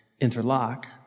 interlock